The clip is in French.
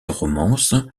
romance